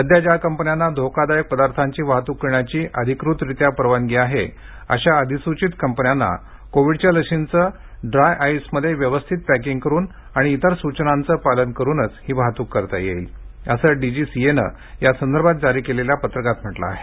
सध्या ज्या कंपन्यांना धोकादायक पदार्थांची वाहतूक करण्याची अधिकृतरीत्या परवानगी आहे अशा अधिसूचित कंपन्यांना कोविडच्या लशींचं ड्राय आईसमध्ये व्यवस्थित पॅकिंग करून आणि इतर सूचनांचं पालन करूनच ही वाहतूक करता येईल असं डीजीसीएनं यासंदर्भात जारी केलेल्या पत्रकात म्हटलं आहे